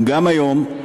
גם היום,